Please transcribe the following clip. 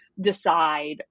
decide